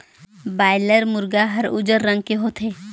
boiler मुरगा हर उजर रंग के होथे